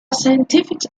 scientific